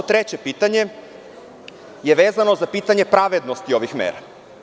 Treće pitanje je vezano za pitanje pravednosti ovih mera.